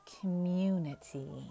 community